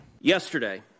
Yesterday